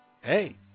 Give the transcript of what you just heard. Hey